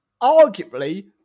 arguably